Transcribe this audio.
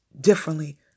differently